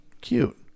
Cute